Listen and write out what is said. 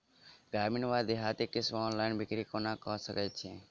ग्रामीण वा देहाती किसान ऑनलाइन बिक्री कोना कऽ सकै छैथि?